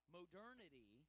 modernity